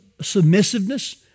submissiveness